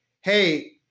Hey